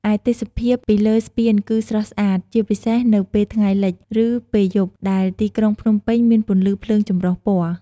ឯទេសភាពពីលើស្ពានគឺស្រស់ស្អាត ជាពិសេសនៅពេលថ្ងៃលិច ឬពេលយប់ដែលទីក្រុងភ្នំពេញមានពន្លឺភ្លើងចម្រុះពណ៌។